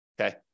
okay